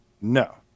No